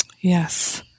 Yes